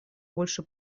больше